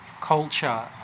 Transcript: culture